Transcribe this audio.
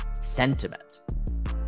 sentiment